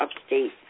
upstate